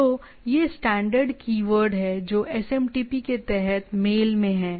तो ये standard keyword हैं जो एसएमटीपी के तहत मेल में हैं